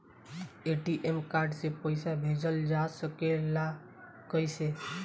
ATM card से पइसा भेजल जा सकेला कइसे?